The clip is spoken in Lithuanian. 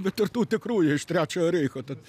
bet ir tų tikrųjų iš trečiojo reicho tad